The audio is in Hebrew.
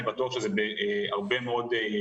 אני בטוח שזה נכון גם